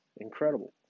incredible